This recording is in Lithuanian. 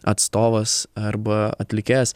atstovas arba atlikėjas